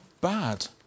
bad